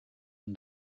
and